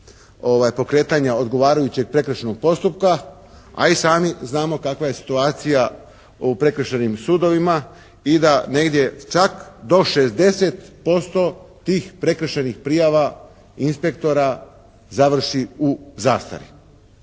pokretanja odgovarajućeg prekršajnog postupka, a i sami znamo kakva je situacija u prekršajnim sudovima i da negdje čak do 60% tih prekršajnih prijava inspektora završi u zastari.